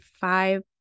five